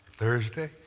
Thursday